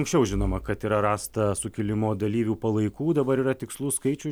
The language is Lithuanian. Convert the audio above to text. anksčiau žinoma kad yra rasta sukilimo dalyvių palaikų dabar yra tikslus skaičius